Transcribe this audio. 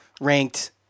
ranked